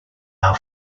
our